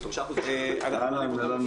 שגם מי שרואה אותנו יידע עם מי אנחנו